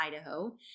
Idaho